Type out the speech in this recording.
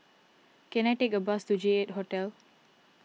can I take a bus to J eight Hotel